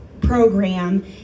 program